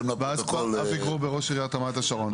אבי גרובר ראש עיריית רמת השרון,